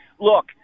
look